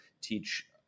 teach